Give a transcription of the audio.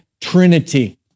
Trinity